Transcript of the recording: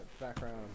background